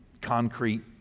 concrete